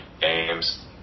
games